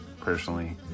personally